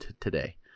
today